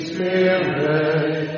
Spirit